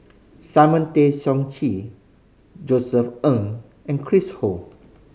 Simon Tay Seong Chee Josef Ng and Chris Ho